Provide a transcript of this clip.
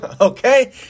okay